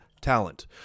talent